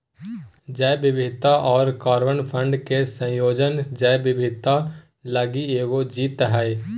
जैव विविधता और कार्बन फंड के संयोजन जैव विविधता लगी एगो जीत हइ